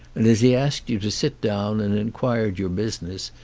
and as he asked you to sit down and inquired your business,